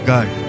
God